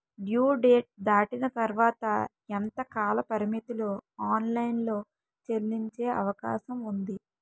Due date దాటిన తర్వాత ఎంత కాలపరిమితిలో ఆన్ లైన్ లో చెల్లించే అవకాశం వుంది?